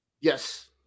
Yes